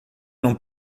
não